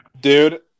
Dude